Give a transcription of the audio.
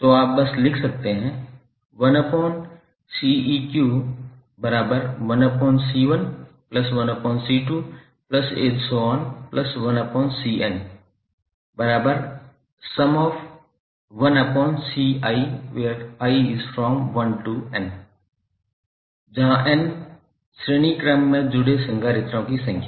तो आप बस लिख सकते हैं जहा n श्रेणी क्रम में जुड़े संधारित्रों की संख्या